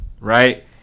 Right